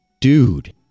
Dude